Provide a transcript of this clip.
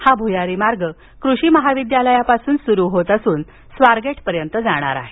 हा भूयारी मार्ग कृषी महाविद्यालयापासून सुरु होत असून स्वारगेटपर्यंत जाणार आहे